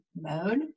mode